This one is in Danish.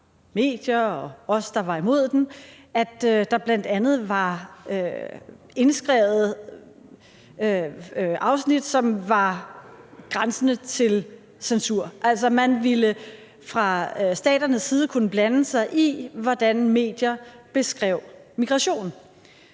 medier og os, der var imod den, at der bl.a. var indskrevet afsnit, som var grænsende til censur. Man ville fra staternes side kunne blande sig i, hvordan medier beskrev migration.